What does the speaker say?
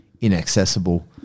inaccessible